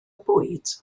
bwyd